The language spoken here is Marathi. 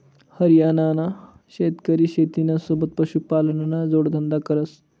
हरियाणाना शेतकरी शेतीना सोबत पशुपालनना जोडधंदा करस